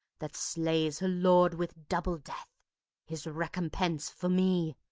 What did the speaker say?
that slays her lord with double death his recompense for me!